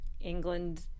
England